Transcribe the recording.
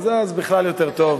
אז בכלל יותר טוב.